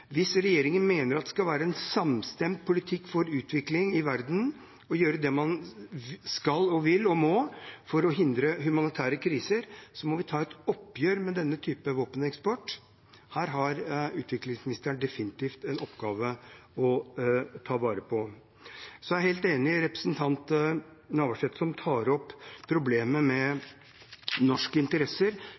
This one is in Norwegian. Hvis regjeringen mener at det skal være en samstemt politikk for utvikling i verden, og vil gjøre det man skal, vil og må for å hindre humanitære kriser, må vi ta et oppgjør med denne typen våpeneksport. Her har utviklingsministeren definitivt en oppgave å ta vare på. Jeg er helt enig med representanten Navarsete, som tok opp problemet med norske interesser